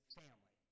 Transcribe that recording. family